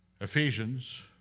Ephesians